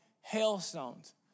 hailstones